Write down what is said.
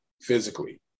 physically